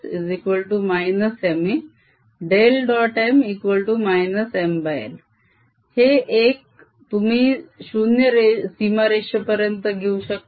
M Ml हे एक तुम्ही 0 सीमारेषेपर्यंत घेऊ शकता